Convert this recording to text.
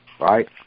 Right